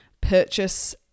purchase